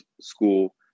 school